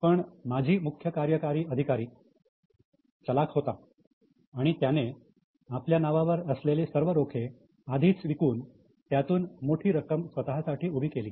पण माझी मुख्य कार्यकारी अधिकारी चलाख होता आणि त्याने आपल्या नावावर असलेले सर्व रोखे आधीच विकून त्यातून मोठे रक्कम स्वतःसाठी उभी केली